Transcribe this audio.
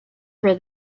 for